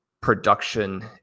production